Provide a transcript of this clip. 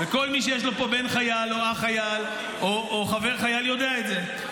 כל מי שיש לו פה בן חייל או אח חייל או חבר חייל יודע את זה.